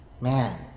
man